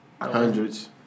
Hundreds